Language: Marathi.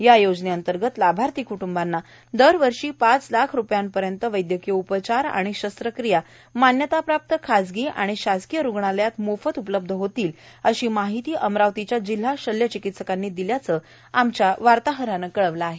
या योजनेअंतर्गत लाभार्थी कुटुंबांना प्रति वर्ष पाच लाख रुपयापर्यंत वैद्यकीय उपचार आणि शस्त्रक्रीया मान्यताप्राप्त खासगी आणि शासकीय रुग्णालयांत मोफत उपलब्ध होणार आहेत अ शीमाहिती अमरावतीच्या जिल्हा शल्य चिकित्सकांनी दिल्याचं आमच्या वार्ताहरानं क ळवलं आहे